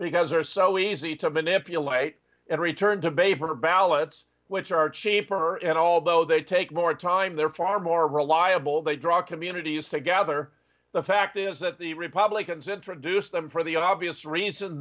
because they are so easy to manipulate and return to baber ballots which are cheaper and although they take more time they're far more reliable they draw communities together the fact is that the republicans introduce them for the obvious reason